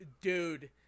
Dude